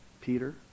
Peter